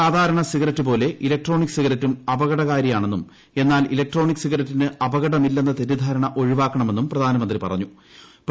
സാധാരണ സിഗരറ്റ് പോലെ ഇലക്ട്രോണിക് സിഗരറ്റും അപകടകാരിയാണെന്നും എന്നാൽ ഇലക്ട്രോണിക് സിഗരറ്റിന് അപ്പക്ടമില്ലെന്ന തെറ്റിദ്ധാരണ ഒഴിവാക്കണമെന്നും പ്രധാനമന്ത്രി പ്രിയ്ത്തു